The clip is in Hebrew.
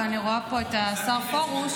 אבל אני רואה את השר פרוש